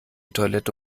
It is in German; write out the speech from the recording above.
toilette